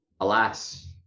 alas